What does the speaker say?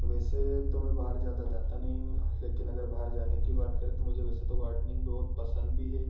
वैसे तो मैं बाहर ज्यादा जाता नहीं हूँ लेकिन अगर बाहर जाने की बात करें तो मुझे वैसे तो गार्डनिंग बहुत पसंद भी है